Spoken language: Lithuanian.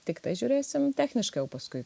tiktai žiūrėsim techniškai jau paskui